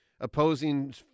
opposing